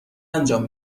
انجام